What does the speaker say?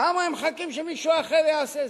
למה הם מחכים שמישהו אחר יעשה זאת?